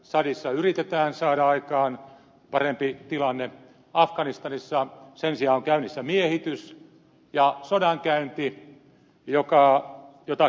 tsadissa yritetään saada aikaan parempi tilanne afganistanissa sen sijaan on käynnissä miehitys ja sodankäynti jota kiihdytetään